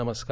नमस्कार